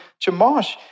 Jamash